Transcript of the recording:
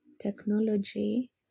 technology